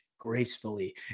gracefully